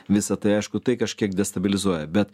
visa tai aišku tai kažkiek destabilizuoja bet